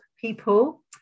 people